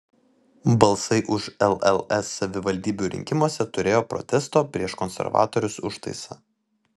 balsai už lls savivaldybių rinkimuose turėjo protesto prieš konservatorius užtaisą